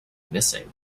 missing